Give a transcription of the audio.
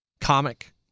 comic